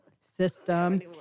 system